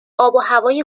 آبوهوای